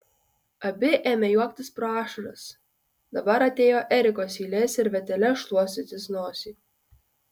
abi ėmė juoktis pro ašaras dabar atėjo erikos eilė servetėle šluostytis nosį